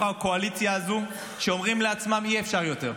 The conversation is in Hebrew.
הקואליציה הזו שאומרים לעצמם: אי-אפשר יותר.